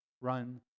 Run